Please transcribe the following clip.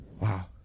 Wow